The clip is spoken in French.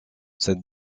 cette